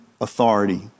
authority